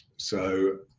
so,